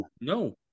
no